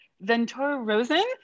Ventura-Rosen